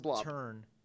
turn